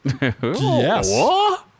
Yes